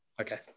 Okay